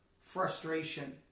frustration